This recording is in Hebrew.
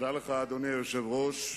תודה לך, אדוני היושב-ראש.